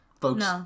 Folks